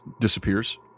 disappears